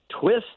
twist